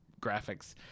graphics